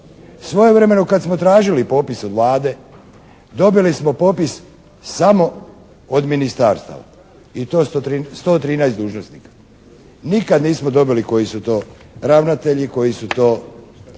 Svojevremeno kad smo tražili popis od Vlade dobili smo popis samo od ministarstava i to 113 dužnosnika. Nikad nismo dobili koji su to ravnatelji, koji su to